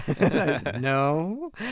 No